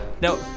No